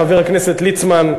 חבר הכנסת ליצמן,